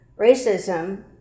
racism